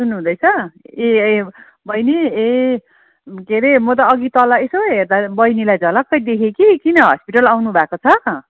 सुन्नुहुँदैछ ए ए बहिनी ए के अरे म त अघि तल यसो हेर्दा बहिनीलाई झलक्कै देखेँ कि किन हस्पिटल आउनुभएको छ